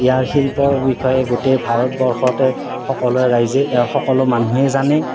ইয়াৰ শিল্পৰ বিষয়ে গোটেই ভাৰতবৰ্ষতে সকলোৱে ৰাইজে সকলো মানুহে জানে